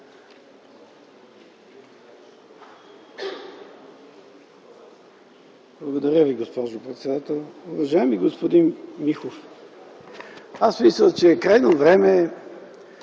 Благодаря Ви, госпожо председател. Уважаеми господин Миков, аз мисля, че е крайно време